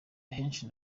ahenshi